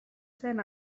zen